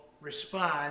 respond